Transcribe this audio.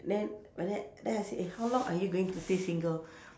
then but then then I said eh how long are you going to stay single